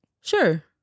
Sure